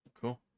cool